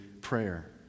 prayer